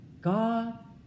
God